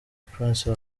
prince